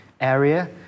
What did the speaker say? area